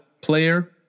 player